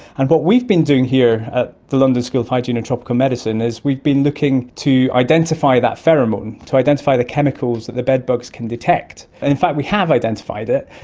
and what we've been doing here at the london school of hygiene and tropical medicine is we've been looking to identify that pheromone, to identify the chemicals that the bedbugs can detect, and in fact we have identified it.